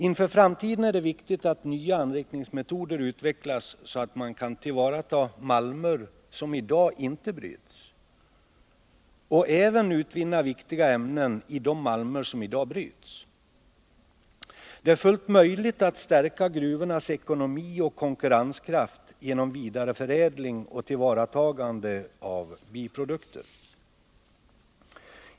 Inför framtiden är det viktigt att nya anrikningsmetoder utvecklas så att man kan tillvarata malmer, som i dag inte bryts, och även utvinna viktiga ämnen i de malmer som i dag bryts. Det är fullt möjligt att stärka gruvornas ekonomi och konkurrenskraft genom vidareförädling och tillvaratagande av biprodukter.